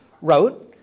wrote